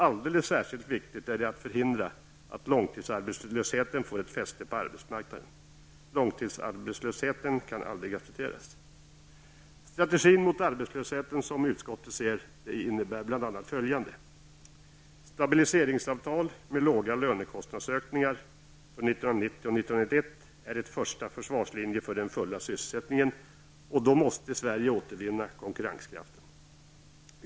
Alldeles särskilt viktigt är det att förhindra att långtidsarbetslösheten får fäste på arbetsmarknaden. Långtidsarbetslösheten kan aldrig accepteras. Strategin för att motverka arbetslösheten innebär, som utskottet ser saken, följande: -- Stabiliseringsavtal med låga lönekostnadsökningar för 1990 och 1991 är en första försvarslinje för den fulla sysselsättningen, och då måste Sverige återvinna konkurrenskraften.